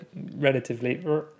relatively